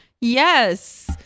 yes